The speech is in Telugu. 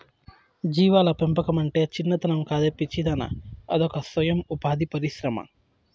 జీవాల పెంపకమంటే చిన్నతనం కాదే పిచ్చిదానా అదొక సొయం ఉపాధి పరిశ్రమ